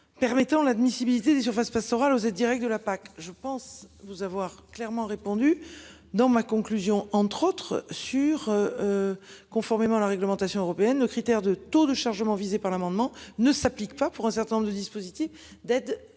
Permettant l'admissibilité des surfaces pastorales aux aides directes de la PAC. Je pense nous avoir clairement répondu dans ma conclusion entre autres sur. Conformément à la réglementation européenne nos critères de taux de chargement visés par l'amendement ne s'applique pas pour un certain nombre de dispositifs d'aide